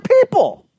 people